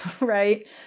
right